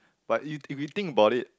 but if if you think about it